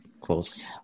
close